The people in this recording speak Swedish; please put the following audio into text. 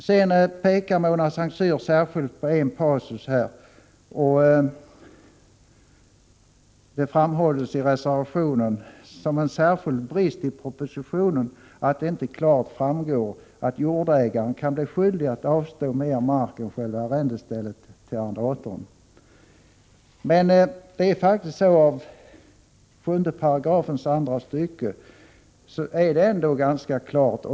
Mona Saint Cyr pekar särskilt på en passus i reservationen där det påtalas som en särskild brist i propositionen att det inte klart framgår att jordägaren kan bli skyldig att avstå mer mark än själva arrendestället till arrendatorn. Men av 78 andra stycket framgår det ändå ganska klart.